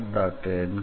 ndsSF